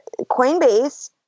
Coinbase